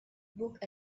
book